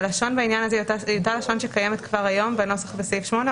הלשון בעניין הזה היא אותה לשון שקיימת כבר היום בנוסח בסעיף 8,